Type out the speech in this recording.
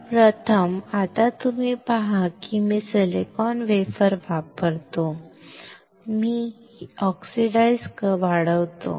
तर प्रथम आता तुम्ही पहा की मी सिलिकॉन वेफर वापरतो तर मी ऑक्साईड वाढवतो